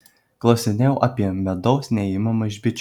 klausinėjau apie medaus neėmimą iš bičių